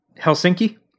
Helsinki